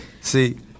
See